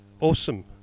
Awesome